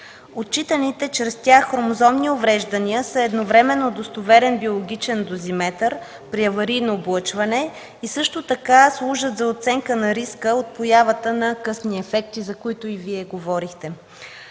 Отчитаните чрез тях хромозомни увреждания са едновременно достоверен биологичен дозиметър при аварийно облъчване и също така служат за оценка на риска от появата на късни инфекции, за появата на които и Вие говорихте.